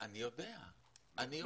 אני יודע, אני יודע.